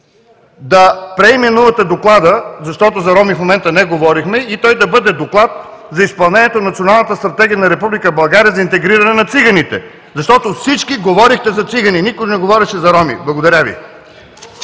да преименувате Доклада, защото за роми в момента не говорихме, и той да бъде Доклад за изпълнението на Националната стратегия на Република България за интегриране на циганите. Защото всички говорихте за цигани, никой не говореше за роми. Благодаря Ви.